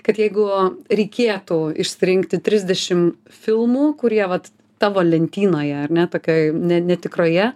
kad jeigu reikėtų išsirinkti trisdešim filmų kurie vat tavo lentynoje ar ne tokioj ne netikroj